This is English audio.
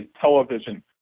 television